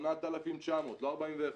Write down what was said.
8,900. לא 41,